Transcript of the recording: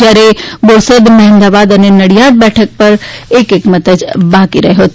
જ્યારે બોરસદ મહેમદાવાદ અને નડિયાદ બેઠક પર એક એક મત જ બાકી રહ્યો હતો